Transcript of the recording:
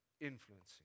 influencing